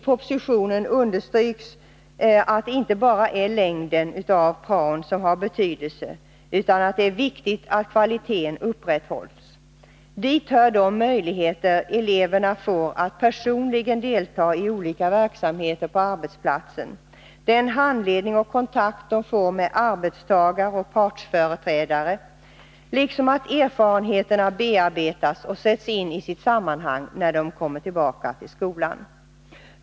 I propositionen understryks att det inte bara är längden av praon som har betydelse, utan att det är viktigt att kvaliteten upprätthålls. Dit hör de möjligheter eleverna får att personligen delta i olika verksamheter på arbetsplatsen och den handledning och kontakt de får med arbetstagare och partsföreträdare, liksom att erfarenheterna bearbetas och sätts in i sitt sammanhang när eleverna kommer tillbaka till skolan.